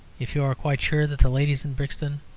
if you are quite sure that the ladies in brixton,